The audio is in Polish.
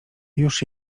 już